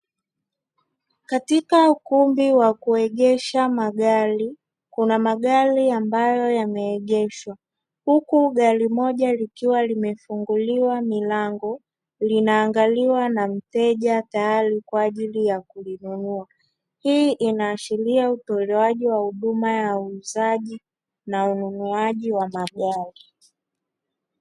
Katika ukumbi wa kuegesha magari kuna magari ambayo yameegeshwa huku gari moja likiwa limefunguliwa milango linaangaliwa na mteja tayari kwa ajili ya kulinunua. Hii inaashiria utolewaji wa huduma ya uuzaji na ununuaji wa magari.